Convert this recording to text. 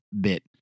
bit